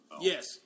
Yes